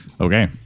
Okay